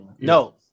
No